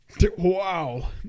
Wow